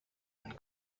and